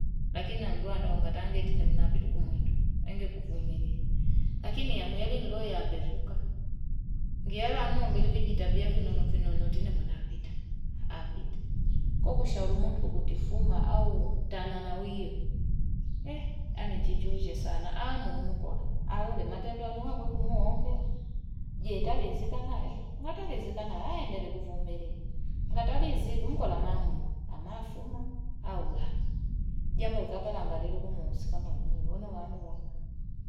Lakini ndua ndao nga tangeti ni munaapitu kumuitu. Nge kufumiri. Lakini ya mweli ni lawi ya pepuka. Ndiyala mwambili vijitabia vinyono vinyono tini munaapita. Aapita. Koku shaulumutu kutifuma au tanana wiyo. Eh, ani chichoje sana. Aamu umukola. Alule, matendoa nuha kweku mwuombela. Jietali zika naa e. Nga tali zika naa e, nderi kufumiri. Nga tali ziki, umukola maamu. Amaafuma. Aula. Ndiyamborika palangadilu kumusika mwenye. Unawamu.